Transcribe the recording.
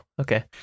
okay